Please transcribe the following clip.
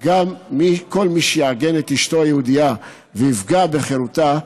גם כל מי שיעגן את אשתו היהודייה ויפגע בחירותה,